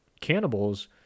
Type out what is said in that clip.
cannibals